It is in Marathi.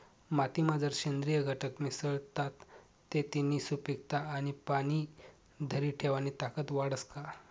मातीमा जर सेंद्रिय घटक मिसळतात ते तिनी सुपीकता आणि पाणी धरी ठेवानी ताकद वाढस का?